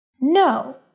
No